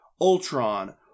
ultron